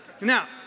Now